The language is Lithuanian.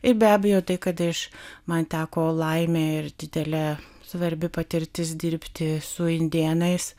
ir be abejo tai kad iš man teko laimė ir didelė svarbi patirtis dirbti su indėnais